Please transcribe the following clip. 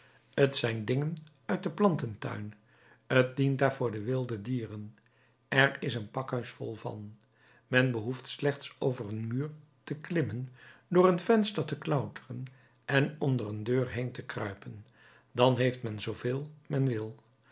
t zijn dingen uit den plantentuin t dient daar voor de wilde dieren er is een pakhuis vol van men behoeft slechts over een muur te klimmen door een venster te klauteren en onder een deur heen te kruipen dan heeft men zooveel men wil